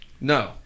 No